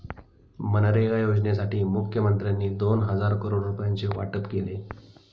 मनरेगा योजनेसाठी मुखमंत्र्यांनी दोन हजार करोड रुपयांचे वाटप केले